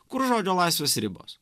kur žodžio laisvės ribos